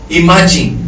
imagine